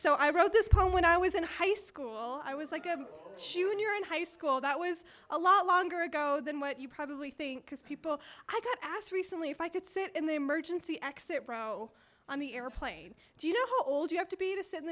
so i wrote this poem when i was in high school i was like she when you're in high school that was a lot longer ago than what you probably think because people i got asked recently if i could sit in the emergency exit row on the airplane do you know how old you have to be to send